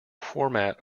format